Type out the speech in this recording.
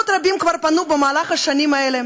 קסניה,